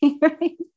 right